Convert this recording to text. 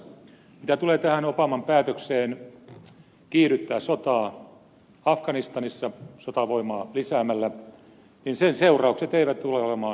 mitä tulee tähän obaman päätökseen kiihdyttää sotaa afganistanissa sotavoimaa lisäämällä niin sen seuraukset eivät tule olemaan myönteiset